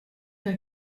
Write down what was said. der